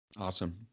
Awesome